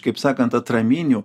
kaip sakant atraminių